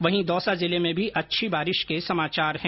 वहीं दौसा जिले में भी अच्छी बारिश के समाचार है